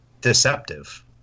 deceptive